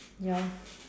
ya lor